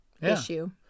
issue